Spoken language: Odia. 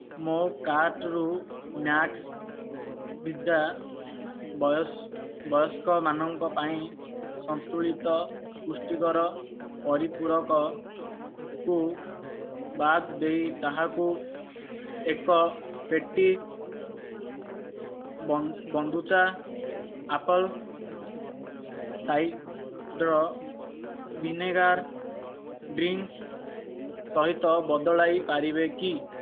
ମୋ କାର୍ଟ୍ରୁ ମ୍ୟାକ୍ସ ବିଦା ବୟସ୍କମାନଙ୍କ ପାଇଁ ସନ୍ତୁଳିତ ପୁଷ୍ଟିକର ପରିପୂରକକୁ ବାଦ ଦେଇ ତାହାକୁ ଏକ ପେଟି kombucha apple cider vinegar drink ସହିତ ବଦଳାଇ ପାରିବେ କି